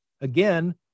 Again